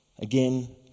Again